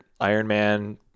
Ironman